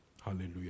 Hallelujah